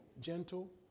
gentle